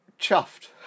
chuffed